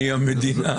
אני המדינה,